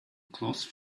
close